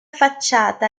facciata